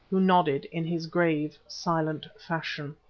who nodded in his grave, silent fashion.